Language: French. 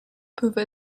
peuvent